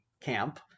camp